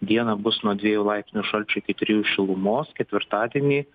dieną bus nuo dviejų laipsnių šalčio iki trijų šilumos ketvirtadienį